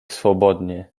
swobodnie